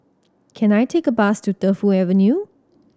can I take a bus to Defu Avenue